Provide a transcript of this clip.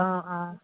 অঁ অঁ